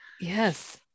yes